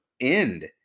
end